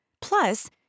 Plus